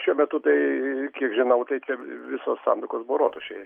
šiuo metu tai kiek žinau tai čia visos santuokos buvo rotušėj